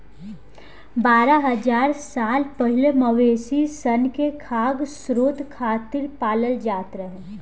बारह हज़ार साल पहिले मवेशी सन के खाद्य स्रोत खातिर पालल जात रहे